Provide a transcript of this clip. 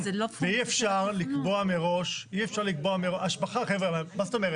ואי אפשר לקבוע מראש, השבחה, מה זאת אומרת?